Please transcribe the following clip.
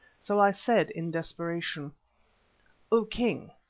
so i said in desperation o king,